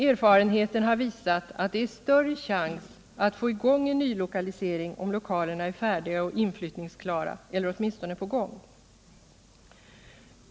Erfarenheten har visat att det är större chans att få i gång nylokalisering om lokalerna är färdiga och inflyttningsklara eller åtminstone på gång.